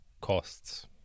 costs